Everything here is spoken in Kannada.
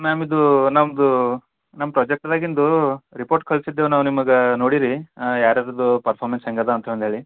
ಮ್ಯಾಮ್ ಇದೂ ನಮ್ಮದು ನಮ್ಮ ಪ್ರಾಜೆಕ್ಟ್ದಾಗಿಂದು ರಿಪೋರ್ಟ್ ಕಳ್ಸಿದ್ದೆವು ನಾವು ನಿಮಗೆ ನೋಡೀರಿ ಯಾರು ಯಾರದು ಪರ್ಫಾಮೆನ್ಸ್ ಹೇಗದ ಅಂತಂದು ಹೇಳಿ